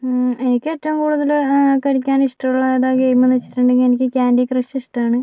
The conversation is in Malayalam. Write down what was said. എനിക്ക് ഏറ്റവും കൂടുതല് കളിക്കാൻ ഇഷ്ടമുള്ള ഏതാ ഗെയിം വെച്ചിട്ടുണ്ടെങ്കിൽ എനിക്ക് കാൻഡി ക്രഷ് ഇഷ്ടമാണ്